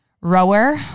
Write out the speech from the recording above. Rower